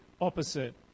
opposite